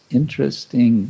interesting